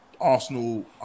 Arsenal